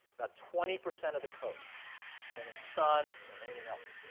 about twenty percent of the code than in sun or in anything else.